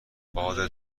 باد